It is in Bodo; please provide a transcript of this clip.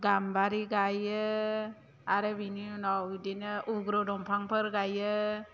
गाम्बारि गायो आरो बिनि उनाव बेदिनो उग्र' दंफांफोर गायो